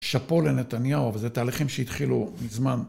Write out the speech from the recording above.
שאפו לנתניהו, אבל זה תהליכים שהתחילו מזמן.